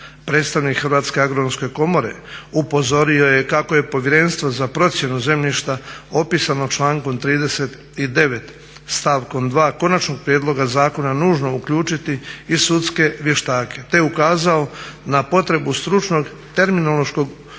Predstavnik Hrvatske agronomske komore upozorio je kako je Povjerenstvo za procjenu zemljišta opisano člankom 39. stavkom 2. konačnog prijedloga zakona nužno uključiti i sudske vještake te je ukazao na potrebu stručnog, terminološkog